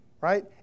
right